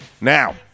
now